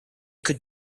could